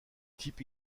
type